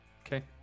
Okay